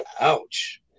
ouch